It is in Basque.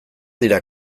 dira